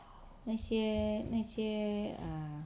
那些那些 err